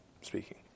speaking